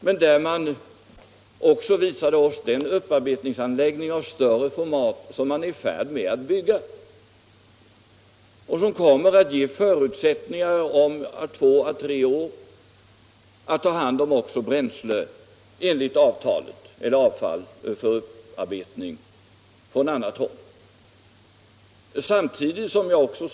Man visade oss också den upparbetningsanläggning av större format som håller på att byggas och som kommer att om två tre år göra det möjligt att ta hand om avfall för upparbetning även från annat håll enligt avtal.